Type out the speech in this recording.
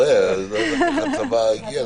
וזיהוי לצורך הנפקה של מסמך הזיהוי.